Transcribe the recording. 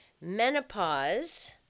menopause